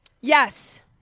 Yes